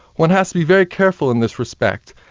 one has to be very careful in this respect.